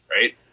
right